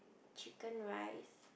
chicken rice